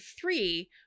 three